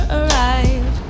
arrive